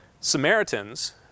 Samaritans